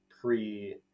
pre